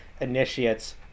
initiates